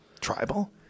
Tribal